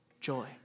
joy